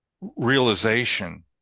realization